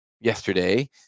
yesterday